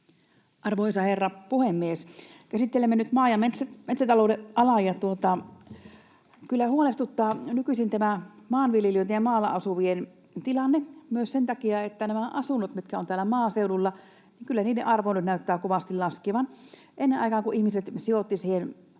Arvoisa herra puhemies! Käsittelemme nyt maa- ja metsäta-louden alaa, ja kyllä huolestuttaa nykyisin tämä maanviljelijöiden ja maalla asuvien tilanne myös sen takia, että näiden asuntojen, mitkä ovat täällä maaseudulla, arvo nyt näyttää kovasti laskevan. Ennen aikaan ihmiset sijoittivat